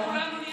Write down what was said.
ריבונו של עולם.